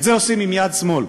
את זה עושים עם יד שמאל.